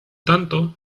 tanto